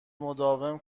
مداوم